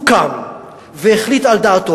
הוא קם והחליט על דעתו.